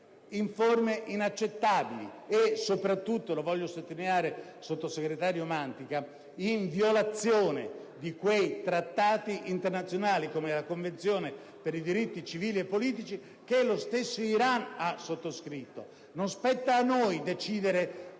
in forme inaccettabili, e soprattutto - lo voglio sottolineare, signor sottosegretario Mantica - in violazione di quei trattati internazionali, come la Convenzione sui diritti civili e politici, che lo stesso Iran ha sottoscritto. Non spetta a noi decidere